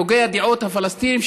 מהוגי הדעות הפלסטינים,